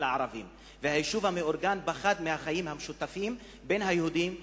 לערבים והיישוב המאורגן פחד מהחיים המשותפים בין היהודים לערבים.